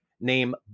Name